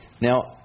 Now